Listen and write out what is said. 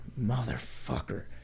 Motherfucker